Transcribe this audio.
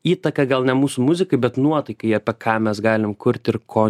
įtaką gal ne mūsų muzikai bet nuotaikai apie ką mes galim kurti ir ko